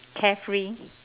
carefree